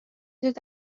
dod